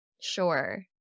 sure